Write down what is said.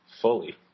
Fully